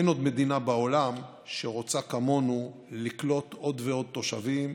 אין עוד מדינה בעולם שרוצה כמונו לקלוט עוד ועוד תושבים,